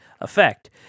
effect